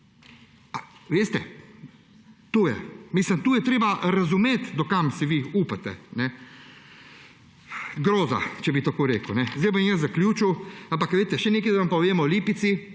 niste dali. Veste, to je treba razumeti, do kam si vi upate. Groza, če bi tako rekel. Sedaj bom zaključil, ampak veste, še nekaj vam povem o Lipici.